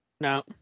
No